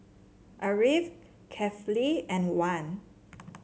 Ariff Kefli and Wan